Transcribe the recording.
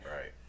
Right